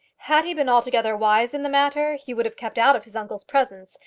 had he been altogether wise in the matter, he would have kept out of his uncle's presence,